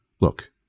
look